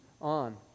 on